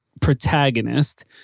protagonist